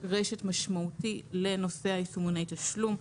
רשת משמעותי לנושא יישומוני התשלום.